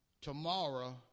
tomorrow